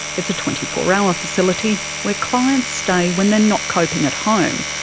it's a twenty four hour facility where clients stay when they're not coping at home,